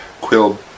quill